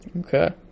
Okay